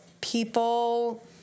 people